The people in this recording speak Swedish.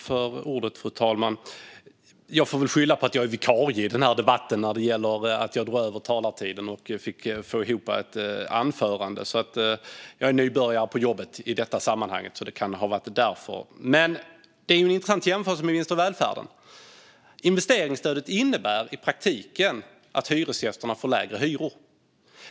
Fru talman! Jag får väl skylla på att jag är vikarie i debatten när det gäller att jag drar över talartiden för att få ihop ett anförande. Jag är nybörjare på jobbet i detta sammanhang, så det kan ha varit därför. Det är en intressant jämförelse med vinster i välfärden. Investeringsstödet innebär i praktiken att hyresgästerna får lägre hyror.